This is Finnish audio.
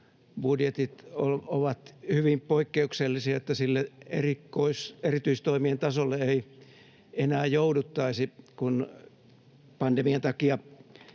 budjetit ovat hyvin poikkeuksellisia, että sille erityistoimien tasolle ei enää jouduttaisi, kun pandemian takia